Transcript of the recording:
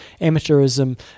amateurism